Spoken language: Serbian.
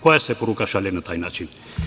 Koja se poruka šalje na taj način?